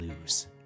lose